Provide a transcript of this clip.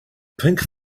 pink